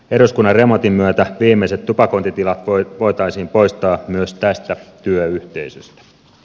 eduskunnan remontin myötä viimeiset tupakointitilat voitaisiin poistaa myös tästä työyhteisöstä